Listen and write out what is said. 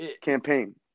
campaign